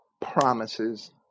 promises